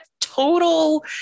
total